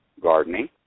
gardening